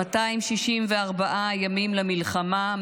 264 ימים למלחמה,